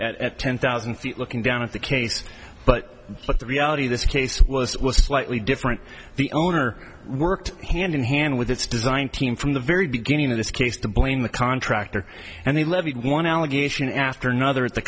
at ten thousand feet looking down at the case but but the reality of this case was slightly different the owner worked hand in hand with its design team from the very beginning of this case to blame the contractor and they levied one allegation after another at the